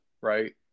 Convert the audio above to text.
right